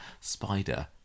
Spider